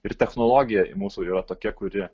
ir technologija mūsų yra tokia kuri